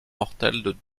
mortelle